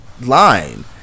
line